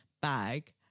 bag